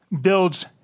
builds